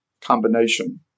combination